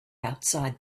outside